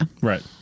Right